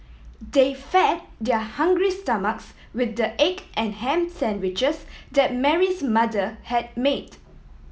they fed their hungry stomachs with the egg and ham sandwiches that Mary's mother had made